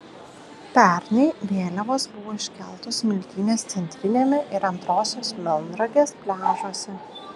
pernai vėliavos buvo iškeltos smiltynės centriniame ir antrosios melnragės pliažuose